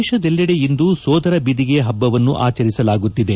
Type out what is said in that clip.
ದೇಶದೆಲ್ಲೆಡೆ ಇಂದು ಸೋದರ ಬಿದಿಗೆ ಹಬ್ಬವನ್ನು ಆಚರಿಸಲಾಗುತ್ತಿದೆ